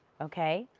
okay.